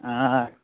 ꯑꯥ